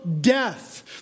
death